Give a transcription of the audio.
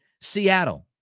Seattle